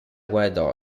guardò